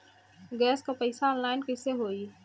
Gas क पैसा online कइसे होई?